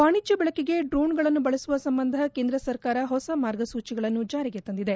ವಾಣಿಜ್ಯ ಬಳಕೆಗೆ ಡ್ರೋನ್ಗಳನ್ನು ಬಳಸುವ ಸಂಬಂಧ ಕೇಂದ್ರ ಸರ್ಕಾರ ಹೊಸ ಮಾರ್ಗಸೂಚಿಗಳನ್ನು ಜಾರಿಗೆ ತಂದಿದೆ